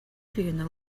viena